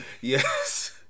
Yes